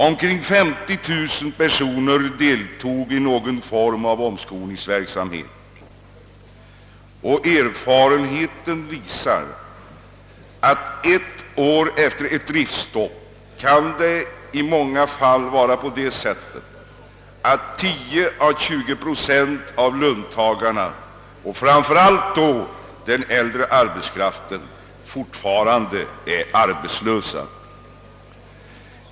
Omkring 50 000 personer deltog i någon form av omskolningsverksamhet, Erfarenheten visar att ett år efter ett driftstopp kan i många fall 10 å 20 procent av löntagarna, framför allt äldre arbetskraft, fortfarande vara utan arbete.